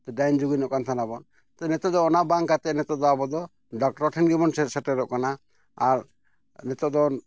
ᱰᱟᱹᱱ ᱡᱩᱜᱤᱱᱚᱜ ᱠᱟᱱ ᱛᱟᱦᱮᱱᱟᱵᱚᱱ ᱛᱚ ᱱᱤᱛᱳᱜ ᱫᱚ ᱚᱱᱟ ᱵᱟᱝ ᱠᱟᱛᱮ ᱱᱤᱛᱳᱜ ᱫᱚ ᱟᱵᱚᱫᱚ ᱰᱟᱠᱛᱚᱨ ᱴᱷᱮᱱ ᱜᱮᱵᱚᱱ ᱥᱮᱴᱮᱨᱚᱜ ᱠᱟᱱᱟ ᱟᱨ ᱱᱤᱛᱳᱜ ᱫᱚ